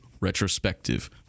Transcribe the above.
Retrospective